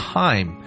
time